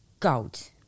koud